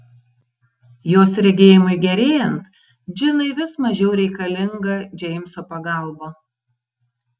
jos regėjimui gerėjant džinai vis mažiau reikalinga džeimso pagalba